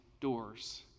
doors